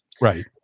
right